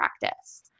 practice